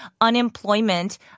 unemployment